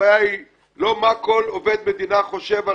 הבעיה היא לא מה כל עובד מדינה חושב על